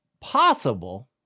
possible